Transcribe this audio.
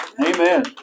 Amen